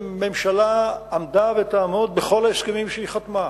הממשלה עמדה ותעמוד בכל ההסכמים שהיא חתמה.